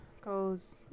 goes